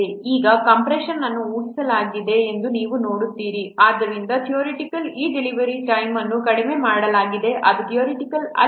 ಈಗ ಕಂಪ್ರೆಶನ್ ಅನ್ನು ಊಹಿಸಲಾಗಿದೆ ಎಂದು ನೀವು ನೋಡುತ್ತೀರಿ ಆದ್ದರಿಂದ ಥಿಯೋರೋಟಿಕಲಿ ಈ ಡೆಲಿವರಿ ಟೈಮ್ ಅನ್ನು ಕಡಿಮೆ ಮಾಡಲಾಗಿದೆ ಇದು ಥಿಯೋರೋಟಿಕಲ್ ಅಲ್ಲ